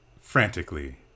frantically